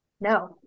No